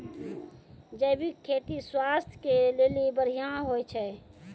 जैविक खेती स्वास्थ्य के लेली बढ़िया होय छै